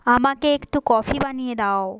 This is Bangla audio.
আমাকে একটু কফি বানিয়ে দাও